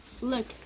look